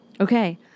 Okay